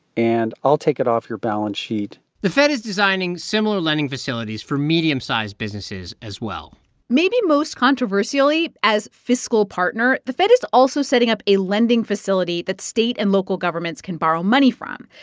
and i'll take it off your balance sheet the fed is designing similar lending facilities for medium-sized businesses as well maybe most controversially, as fiscal partner, the fed is also setting up a lending facility that state and local governments can borrow money from.